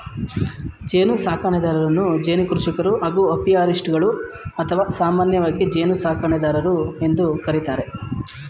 ಜೇನುಸಾಕಣೆದಾರರನ್ನು ಜೇನು ಕೃಷಿಕರು ಹಾಗೂ ಅಪಿಯಾರಿಸ್ಟ್ಗಳು ಅಥವಾ ಸಾಮಾನ್ಯವಾಗಿ ಜೇನುಸಾಕಣೆದಾರರು ಎಂದು ಕರಿತಾರೆ